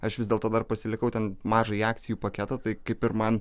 aš vis dėlto dar pasilikau ten mažąjį akcijų paketą tai kaip ir man